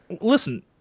listen